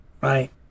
right